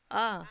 oh